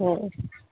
হুম